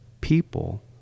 people